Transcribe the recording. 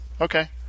okay